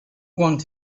want